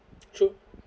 true